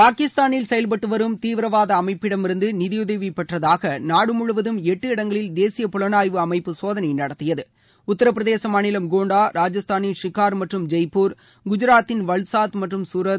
பாகிஸ்தானில் செயல்பட்டு வரும் தீவிரவாத அமைப்பிடமிருந்து நிதியுதவி பெற்றதாக நாடு முழுவதும் எட்டு இடங்களில் தேசிய புலனாய்வு அமைப்பு சோதனை நடத்தியது உத்திரபிரதேச மாநிலம் கோண்டா ராஜஸ்தானில் ஷிக்கார் மற்றும் ஜெய்பூர் குஜாத்தில் வல்சாத் மற்றும் சூரத்